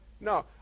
No